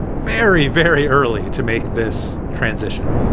very, very early to make this transition.